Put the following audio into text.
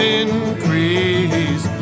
increase